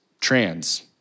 trans